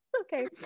Okay